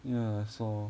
ya I saw